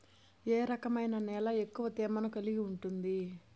ఏ రకమైన నేల ఎక్కువ తేమను కలిగి ఉంటుంది?